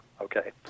okay